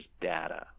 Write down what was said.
data